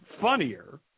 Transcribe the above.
funnier